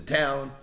town